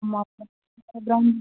ஆமாம் பிராண்டு